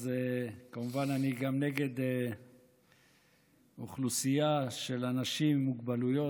אז כמובן אני גם נגד אוכלוסייה של אנשים עם מוגבלויות.